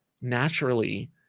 naturally